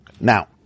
Now